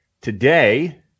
Today